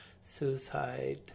Suicide